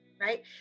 right